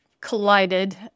collided